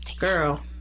girl